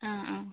ആ ആ